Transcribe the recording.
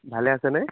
ভালে আছেনে